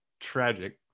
tragic